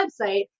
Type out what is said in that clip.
website